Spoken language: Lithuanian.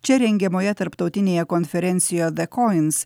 čia rengiamoje tarptautinėje konferencijoje dakoins